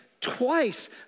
twice